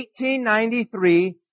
1893